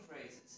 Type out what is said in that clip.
phrases